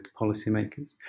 policymakers